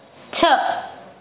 छह